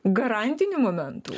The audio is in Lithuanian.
garantinių momentų